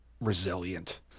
resilient